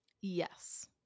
Yes